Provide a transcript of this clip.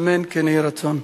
אמן כן יהי רצון.